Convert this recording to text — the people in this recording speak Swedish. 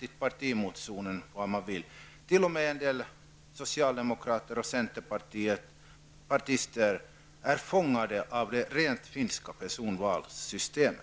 tyda partimotionen -- och t.o.m. en del socialdemokrater och centerpartister är fångade av det finska personalvalssystemet.